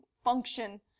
Function